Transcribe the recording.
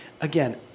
again